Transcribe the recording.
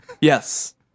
Yes